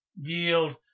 yield